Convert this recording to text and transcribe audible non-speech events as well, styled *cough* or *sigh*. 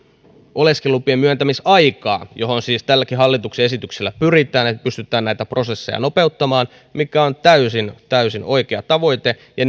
oleskelulupien myöntämisaikaa kun siis tälläkin hallituksen esityksellä pyritään siihen että pystytään näitä prosesseja nopeuttamaan mikä on täysin täysin oikea tavoite ja *unintelligible*